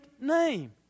name